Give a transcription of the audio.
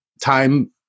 time